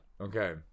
Okay